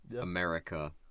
America